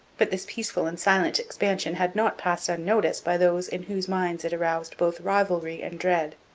but this peaceful and silent expansion had not passed unnoticed by those in whose minds it aroused both rivalry and dread.